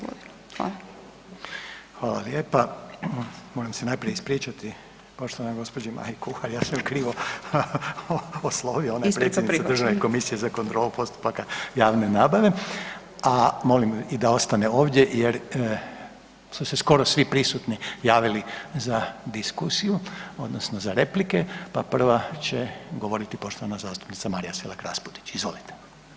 Moram se najprije ispričati poštovanoj gđi. Maji Kuhar, ja sam ju krivo oslovio, ona je predsjednica Državne komisije za kontrolu postupaka javne nabave [[Upadica Kuhar: Isprika prihvaćena.]] A molim i da ostane ovdje jer su se skoro svi prisutni javili za diskusiju, odnosno za replike, pa prva će govoriti poštovana zastupnica Marija Selak Raspudić, izvolite.